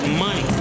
money